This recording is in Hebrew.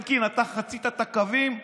אלקין, אתה חצית את הקווים.